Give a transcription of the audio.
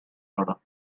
order